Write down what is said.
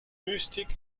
mystik